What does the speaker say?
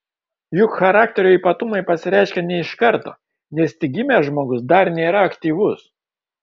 juk charakterio ypatumai pasireiškia ne iš karto nes tik gimęs žmogus dar nėra aktyvus